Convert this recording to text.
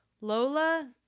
Lola